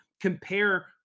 compare